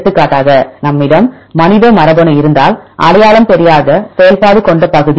எடுத்துக்காட்டாக நம்மிடம் மனித மரபணு இருந்தால் அடையாளம் தெரியாத செயல்பாடு கொண்ட பகுதி